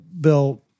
Bill